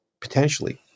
potentially